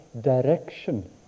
direction